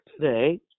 today